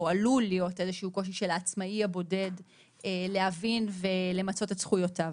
או עלול להיות איזה קושי של העצמאי הבודד להבין ולמצות את זכויותיו.